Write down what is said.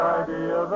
idea